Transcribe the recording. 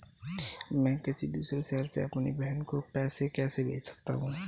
मैं किसी दूसरे शहर से अपनी बहन को पैसे कैसे भेज सकता हूँ?